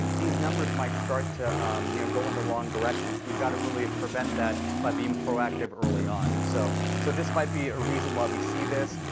these numbers might start to um you know go in the wrong direction. so we've got to really prevent that by being proactive early on. so so this might be a reason why we see this.